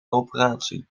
operatie